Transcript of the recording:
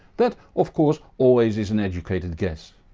that, of course, always is an educated guess.